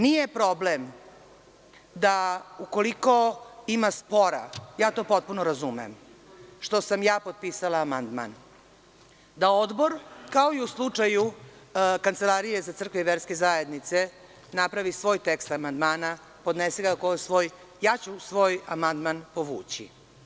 Nije problem, ukoliko ima spora, ja to potpuno razumem, što sam ja potpisala amandman, da odbor, kao i u slučaju Kancelarije za crkve i verske zajednice, napravi svoj tekst amandmana, podnese ga kao svoj i ja ću svoj amandman povući.